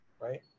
right